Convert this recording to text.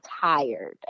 tired